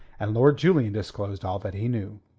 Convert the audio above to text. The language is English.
and lord julian disclosed all that he knew.